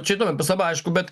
čia įdomi pastaba aišku bet